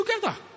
together